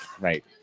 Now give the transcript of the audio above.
right